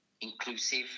inclusive